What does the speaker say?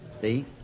see